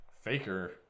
faker